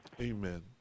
Amen